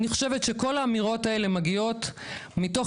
אני חושבת שכל האמירות האלה מגיעות מתוך